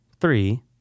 three